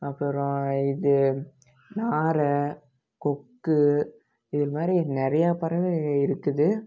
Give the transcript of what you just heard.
அப்புறம் இது நாரை கொக்கு இது மாதிரி நிறையா பறவை இருக்குது